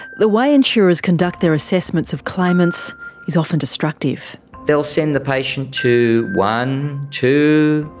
the way insurers conduct their assessments of claimants is often destructive. they'll send the patient to one, two,